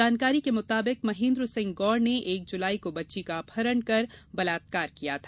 जानकारी के मुताबिक महेन्द्र सिंह गौड़ ने एक जुलाई को बच्ची का अपहरण कर बलात्कार किया था